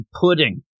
pudding